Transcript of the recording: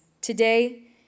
Today